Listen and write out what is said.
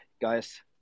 guys